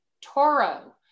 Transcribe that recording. Toro